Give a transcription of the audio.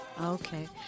Okay